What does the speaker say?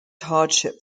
hardship